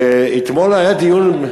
אתמול היה דיון,